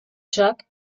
chuck